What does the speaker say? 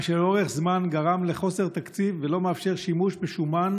מה שלאורך זמן גרם לחוסר תקציב ולא מאפשר שימוש בשומן,